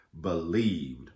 believed